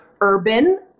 urban